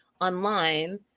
online